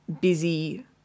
busy